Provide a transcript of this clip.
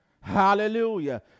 Hallelujah